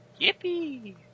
Yippee